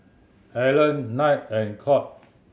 Helen Knight and Court